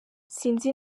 sinzi